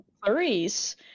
Clarice